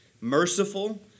merciful